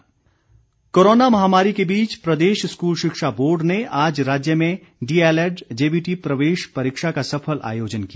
परीक्षा कोरोना महामारी के बीच प्रदेश स्कूल शिक्षा बोर्ड ने आज राज्य में डीएलएड जेबीटी प्रवेश परीक्षा का सफल आयोजन किया